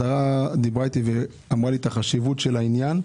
השרה דיברה איתי ואמרה לי חשיבות העניין.